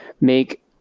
make